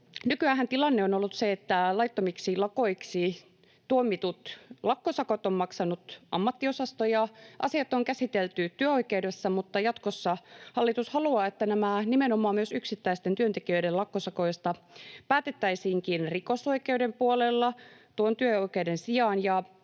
Nykyäänhän tilanne on ollut se, että laittomista lakoista tuomitut lakkosakot on maksanut ammattiosasto ja asiat on käsitelty työoikeudessa, mutta jatkossa hallitus haluaa, että nimenomaan myös yksittäisten työntekijöiden lakkosakoista päätettäisiinkin rikosoikeuden puolella työoikeuden sijaan.